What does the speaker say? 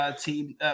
team